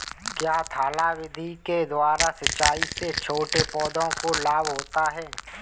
क्या थाला विधि के द्वारा सिंचाई से छोटे पौधों को लाभ होता है?